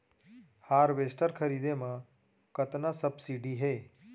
Harvester खरीदे म कतना सब्सिडी हे?